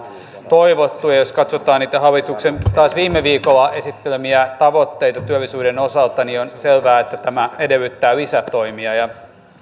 toivottu ja jos taas katsotaan niitä hallituksen viime viikolla esittelemiä tavoitteita työllisyyden osalta niin on selvää että tämä edellyttää lisätoimia